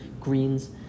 Greens